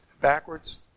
Backwards